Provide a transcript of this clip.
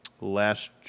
last